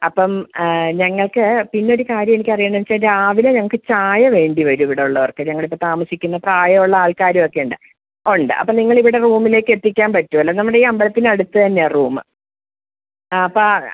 അപ്പോള് ഞങ്ങള്ക്ക് പിന്നൊരു കാര്യം എനിക്കറിയണ്ടേന്ന്ച്ചാ രാവിലെ ഞങ്ങള്ക്ക് ചായ വേണ്ടി വരും ഇവിടുള്ളവർക്ക് ഞങ്ങളിപ്പോള് താമസിക്കുന്ന പ്രായുള്ള ആൾക്കാരൊക്കെയുണ്ട് ഉണ്ട് അപ്പോള് നിങ്ങളിവിടെ റൂമിലേക്കെത്തിക്കാൻ പറ്റുമോ നമ്മുടെ ഈ അമ്പലത്തിൻ്റെ അടുത്ത് തന്നെയാണ് റൂം ആ അപ്പാ